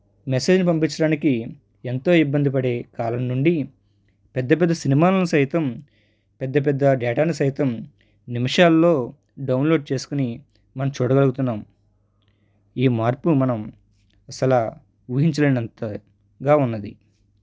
message పంపించడానికి ఎంతో ఇబ్బంది పడే కాలం నుండి పెద్ద పెద్ద సినిమాలను సైతం పెద్దపెద్ద డేటాను సైతం నిమిషాల్లో డౌన్లోడ్ చేసుకోని మనం చూడగలుగుతున్నాం ఈ మార్పులు మనం అసలు ఊహించలేనంతగా ఉన్నది